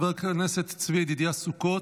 חבר הכנסת צבי ידידיה סוכות,